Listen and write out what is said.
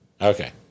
Okay